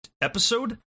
episode